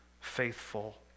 faithful